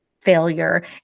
failure